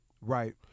Right